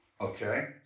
Okay